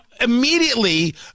immediately